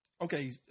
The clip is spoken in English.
Okay